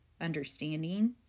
understanding